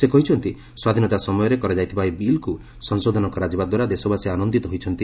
ସେ କହିଛନ୍ତି ସ୍ୱାଧୀନତା ସମୟରେ କରାଯାଇଥିବା ଏହି ବିଲ୍କୁ ସଂଶୋଧନ କରାଯିବା ଦ୍ୱାରା ଦେଶବାସୀ ଆନନ୍ଦିତ ହୋଇଛନ୍ତି